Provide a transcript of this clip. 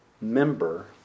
member